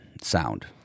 sound